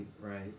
right